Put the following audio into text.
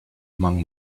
among